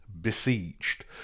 besieged